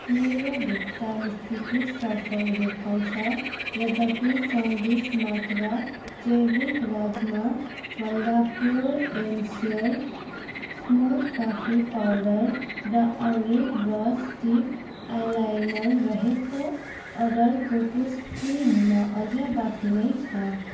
मेरो भुक्तान स्थिति सफल देखाउँछ यद्यपि चौबिस मन्त्रा जैविक राजमा Phalada pure and sure smooth coffee powder र औरिक ब्रस टिप आइलाइनर रहेको अर्डरको पुष्टि हुन अझ बाँकी नै छ